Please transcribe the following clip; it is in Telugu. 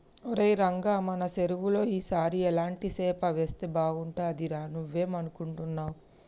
ఒరై రంగ మన సెరువులో ఈ సారి ఎలాంటి సేప వేస్తే బాగుంటుందిరా నువ్వేం అనుకుంటున్నావ్